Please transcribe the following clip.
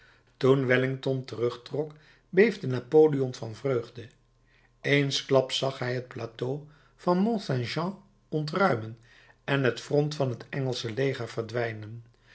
toen wellington terugtrok beefde napoleon van vreugde eensklaps zag hij het plateau van mont saint jean ontruimen en het front van het engelsche leger verdwijnen